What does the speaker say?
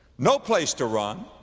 no place to run,